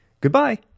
goodbye